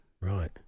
Right